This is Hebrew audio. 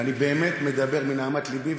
ואני באמת מדבר מנהמת לבי.